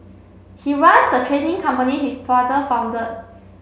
he runs the trading company his father founded